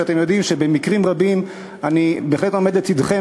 אתם יודעים שבמקרים רבים אני בהחלט עומד לצדכם,